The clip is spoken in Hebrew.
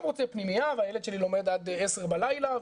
רוצה פנימייה והילד שלי לומד עד 22:00 בלילה,